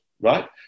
right